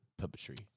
puppetry